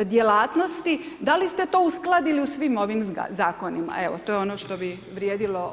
djelatnosti, da li ste to uskladili u svim ovim Zakonima, evo, to je ono što bi vrijedilo odgovoriti.